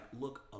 look